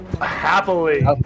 Happily